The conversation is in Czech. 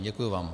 Děkuji vám.